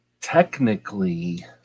Technically